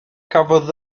cafodd